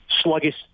sluggish